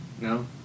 No